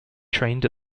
trained